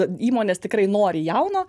įmonės tikrai nori jauno